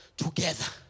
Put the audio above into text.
together